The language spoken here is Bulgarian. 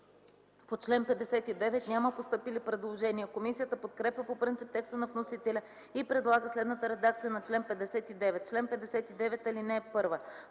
По чл. 61 няма постъпили предложения. Комисията подкрепя по принцип текста на вносителя и предлага следната редакция на чл. 61: „Чл. 61. (1)